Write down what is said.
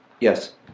Yes